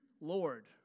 lord